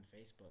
Facebook